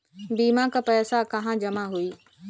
बीमा क पैसा कहाँ जमा होई?